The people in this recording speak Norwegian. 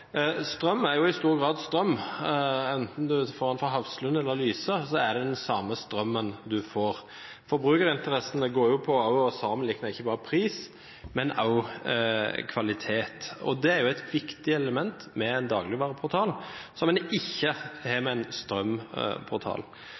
Strøm er i stor grad strøm – enten en får den fra Hafslund eller Lyse, er det den samme strømmen en får. Forbrukerinteressene går jo på å sammenligne ikke bare pris, men også kvalitet, og det er et viktig element ved en dagligvareportal som en ikke har ved en